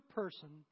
person